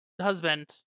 husband